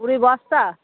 কুড়ি বস্তা